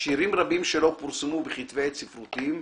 שירים רבים שלו פורסמו בכתבי עת ספרותיים,